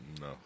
No